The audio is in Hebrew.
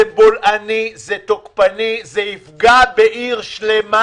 זה בולעני, זה תוקפני, זה יפגע בעיר שלמה.